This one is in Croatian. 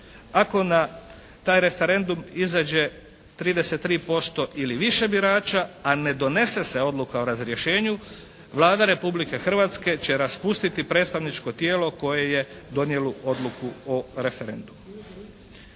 Ako na taj referendum izađe 33% ili više birača, a ne donese se odluka o razrješenju, Vlada Republike Hrvatske će raspustiti predstavničko tijelo koje je donijelo odluku o referendumu.